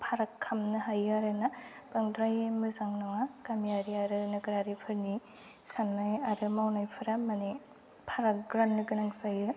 फाराग खालामनो हायो आरो ना बांद्राय मोजां नङा गामियारि आरो नोगोरारिफोरनि साननाय आरो मावनायफोरा माने फाराग राननो गोनां जायो